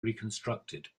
reconstructed